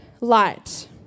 light